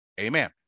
Amen